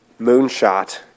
moonshot